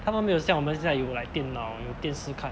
他们没有像我们现在有 like 电脑有电视看